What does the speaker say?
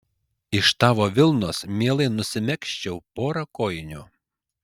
iš tavo vilnos mielai nusimegzčiau porą kojinių